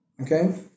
Okay